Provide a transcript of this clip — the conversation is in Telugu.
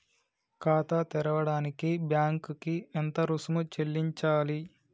ఖాతా తెరవడానికి బ్యాంక్ కి ఎంత రుసుము చెల్లించాలి?